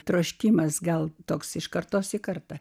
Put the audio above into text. troškimas gal toks iš kartos į kartą